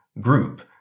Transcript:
group